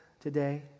today